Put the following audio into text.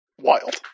Wild